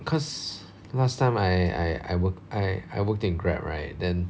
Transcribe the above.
cause last time I I I work I I worked in Grab right then